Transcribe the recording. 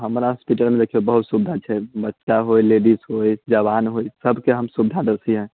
हमरा हॉस्पिटलमे देखियौ बहुत सुविधा छै बच्चा होइत लेडीज होइ जवान होइ सभकेँ हम सुविधा दै छियै